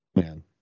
Man